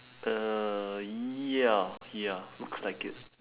the ya ya looks like it